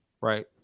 right